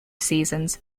seasons